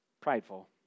prideful